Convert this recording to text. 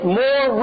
more